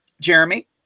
Jeremy